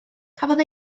cafodd